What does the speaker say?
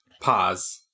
Pause